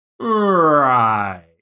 right